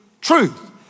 truth